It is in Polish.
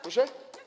Proszę?